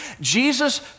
Jesus